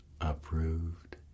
approved